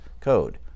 code